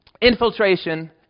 infiltration